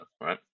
right